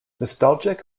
nostalgic